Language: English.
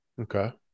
Okay